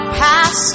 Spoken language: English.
pass